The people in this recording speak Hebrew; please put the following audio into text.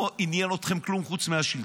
אתכם, דרך אגב, לא עניין אתכם כלום חוץ מהשלטון,